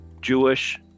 Jewish